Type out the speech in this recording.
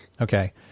Okay